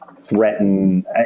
threaten